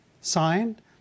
signed